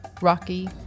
Rocky